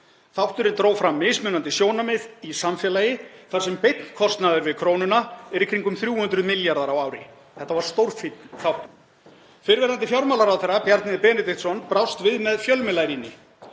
Þátturinn dró fram mismunandi sjónarmið í samfélagi þar sem beinn kostnaður við krónuna er í kringum 300 milljarðar á ári. Þetta var stórfínn þáttur. Fyrrverandi fjármálaráðherra, Bjarni Benediktsson, brást við með fjölmiðlarýni.